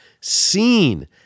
seen